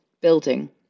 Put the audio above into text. building